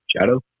shadow